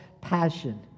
passion